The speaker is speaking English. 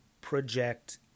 project